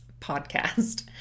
podcast